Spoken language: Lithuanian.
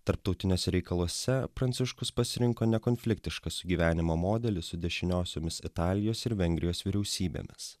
tarptautiniuose reikaluose pranciškus pasirinko nekonfliktišką sugyvenimo modelį su dešiniosiomis italijos ir vengrijos vyriausybėmis